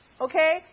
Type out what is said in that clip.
Okay